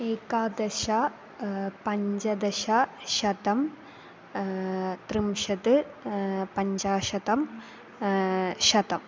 एकादश पञ्चदश शतं त्रिंशत् पञ्चाशत् शतम्